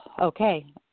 Okay